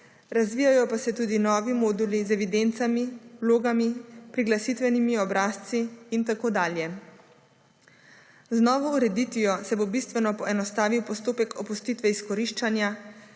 razvijajo pa se tudi novi moduli z evidencami, vlogami, priglasitvenimi obrazci in tako dalje. Z novo ureditvijo se bo bistveno poenostavil postopek opustitve izkoriščanja